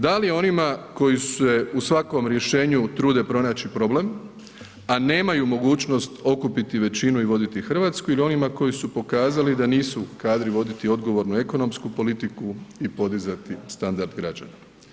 Da li onima koji se u svakom rješenju trude pronaći problem, a nemaju mogućnost okupiti većinu i voditi RH ili onima koji su pokazali da nisu kadri voditi odgovornu ekonomsku politiku i podizati standard građana.